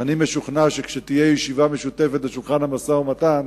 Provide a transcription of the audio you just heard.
ואני משוכנע שכשתהיה ישיבה משותפת לשולחן המשא-ומתן,